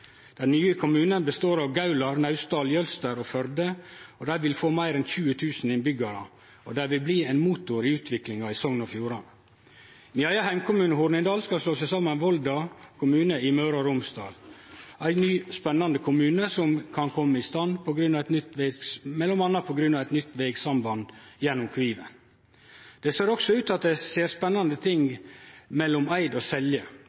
Den nye kommunen består av Gaular, Naustdal, Jølster og Førde. Han vil få meir enn 20 000 innbyggjarar og vil bli ein motor i utviklinga i Sogn og Fjordane. Min eigen heimkommune, Hornindal, skal slå seg saman med Volda kommune i Møre og Romsdal – ein ny, spennande kommune som kan kome i stand m.a. på grunn av eit nytt vegsamband gjennom Kviven. Det ser også ut til at det skjer spennande ting mellom Eid og Selje.